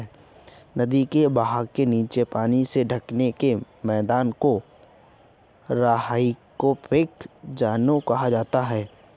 नदी के बहाव के नीचे पानी से बाढ़ के मैदान को हाइपोरहाइक ज़ोन कहा जाता है